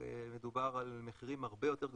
מדובר על מחירים הרבה יותר גבוהים,